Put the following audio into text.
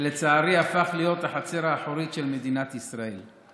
שלצערי הפך להיות החצר האחורית של מדינת ישראל.